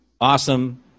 awesome